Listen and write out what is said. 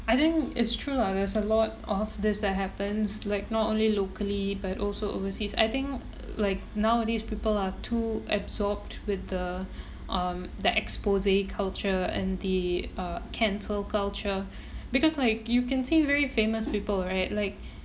I think is true lah there's a lot of this that happens like not only locally but also overseas I think like nowadays people are too absorbed with the um that exposé culture and the uh cancel culture because like you can see very famous people right like